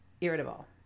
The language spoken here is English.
irritable